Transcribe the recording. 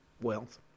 wealth